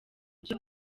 byo